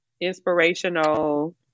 inspirational